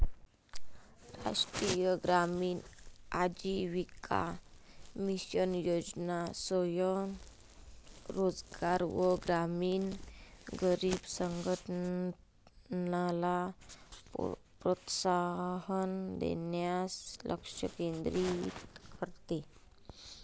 राष्ट्रीय ग्रामीण आजीविका मिशन योजना स्वयं रोजगार व ग्रामीण गरीब संघटनला प्रोत्साहन देण्यास लक्ष केंद्रित करते